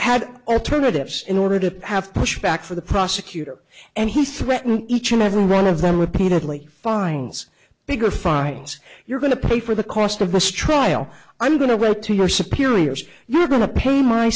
had alternatives in order to have pushback for the prosecutor and he threaten each and every one of them repeatedly finds bigger files you're going to pay for the cost of this trial i'm going to read to your superiors you're going to pay my